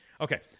Okay